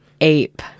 ape